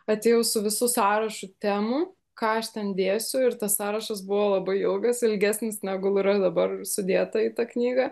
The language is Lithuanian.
atėjau su visu sąrašu temų ką aš ten dėsiu ir tas sąrašas buvo labai ilgas ilgesnis negu yra dabar sudėta į tą knygą